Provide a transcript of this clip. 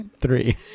three